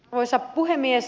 arvoisa puhemies